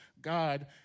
god